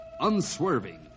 unswerving